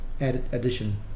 addition